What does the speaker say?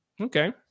Okay